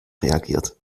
reagiert